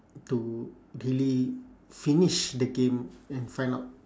to really finish the game and find out